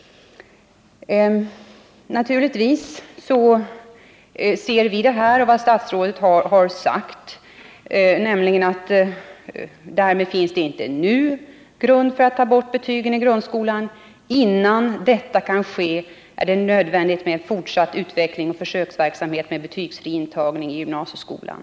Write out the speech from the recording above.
Statsrådet har uttalat bl.a. följande: ”Därmed finns det inte nu grund för att ta bort betygen i grundskolan. Innan detta kan ske är det nödvändigt med en fortsatt utvecklingsoch försöksverksamhet” med betygsfri intagning i gymnasieskolan.